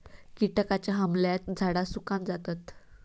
किटकांच्या हमल्यात झाडा सुकान जातत